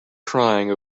crying